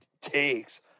takes